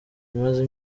imaze